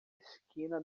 esquina